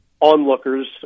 Onlookers